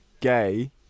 gay